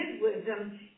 wisdom